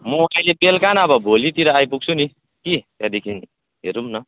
म अहिले बेलुका नभए भोलितिर आइपुग्छु नि कि त्यहाँदेखि हेरौँ न